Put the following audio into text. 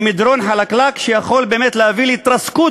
למדרון חלקלק שיכול באמת להביא להתרסקות